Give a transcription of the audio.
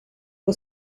who